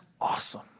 awesome